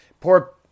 Poor